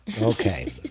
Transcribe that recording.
Okay